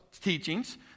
teachings